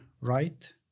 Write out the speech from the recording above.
right